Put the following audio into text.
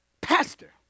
pastor